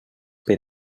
per